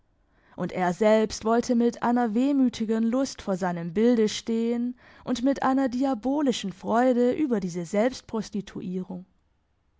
und er selbst wollte mit einer wehmütigen lust vor seinem bilde stehn und mit einer diabolischen freude über diese